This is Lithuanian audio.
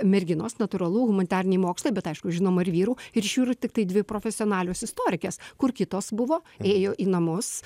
merginos natūralu humanitariniai mokslai bet aišku žinoma ir vyrų ir iš jų yra tiktai dvi profesionalios istorikės kur kitos buvo ėjo į namus